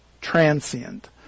transient